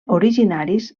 originaris